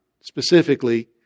specifically